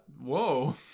whoa